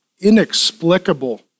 inexplicable